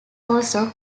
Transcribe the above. also